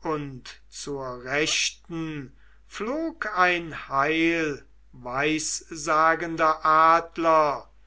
und zur rechten flog ein heilweissagender adler